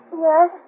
Yes